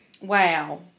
Wow